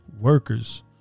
workers